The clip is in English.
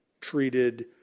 treated